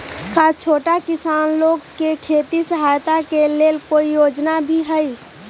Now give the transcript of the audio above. का छोटा किसान लोग के खेती सहायता के लेंल कोई योजना भी हई?